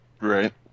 Right